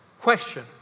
Question